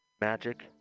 magic